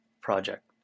Project